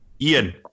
Ian